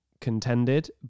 contended